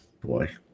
boy